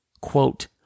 quote